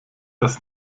das